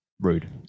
Rude